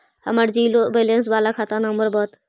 हमर zero balance बाला खाता नम्बर बत?